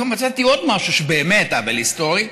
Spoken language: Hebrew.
פתאום מצאתי עוד משהו שהוא באמת עוול היסטורי: